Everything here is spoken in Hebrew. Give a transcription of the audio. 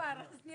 בעד- רוב, אין